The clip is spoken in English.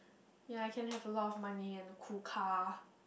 yea can have a lot of money and the cool car